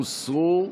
הוסרו.